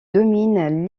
domine